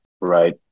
Right